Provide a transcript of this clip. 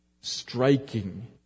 striking